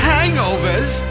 Hangovers